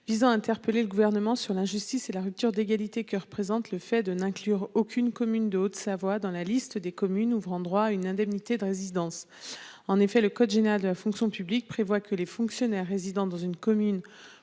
Visant interpeller le gouvernement sur la justice et la rupture d'égalité que représente le fait de n'inclure aucune commune de Haute-Savoie dans la liste des communes ouvrant droit à une indemnité de résidence en effet le code général de la fonction publique prévoit que les fonctionnaires résidant dans une commune